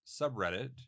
subreddit